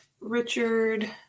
Richard